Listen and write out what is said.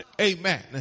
Amen